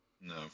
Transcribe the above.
No